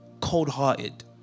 cold-hearted